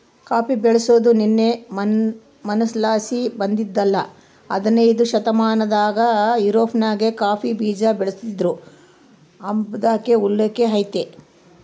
coffee ಬೆಳ್ಸಾದು ನಿನ್ನೆ ಮನ್ನೆಲಾಸಿ ಬಂದಿದ್ದಲ್ಲ ಹದನೈದ್ನೆ ಶತಮಾನದಾಗ ಯುರೋಪ್ನಾಗ ಕಾಫಿ ಬೀಜಾನ ಬೆಳಿತೀದ್ರು ಅಂಬಾದ್ಕ ಉಲ್ಲೇಕ ಐತೆ